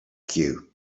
cue